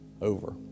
Over